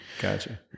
Gotcha